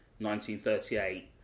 1938